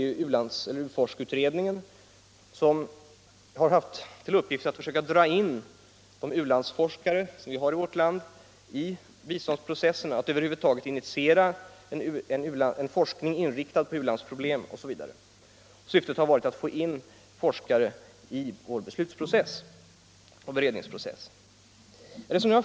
U-landsforskningsutredningen har haft till uppgift att försöka dra in de u-landsforskare som finns i vårt land i biståndsprocessen och att över huvud taget initiera en forskning inriktad på u-landsproblem. Man har försökt få in forskare i beredningsoch beslutsprocessen.